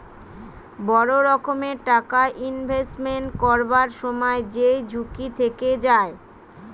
বড় রকম টাকা ইনভেস্টমেন্ট করবার সময় যেই ঝুঁকি থেকে যায়